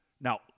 now